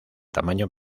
tamaño